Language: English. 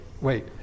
wait